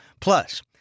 Plus